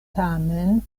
tamen